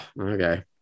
okay